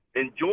Enjoy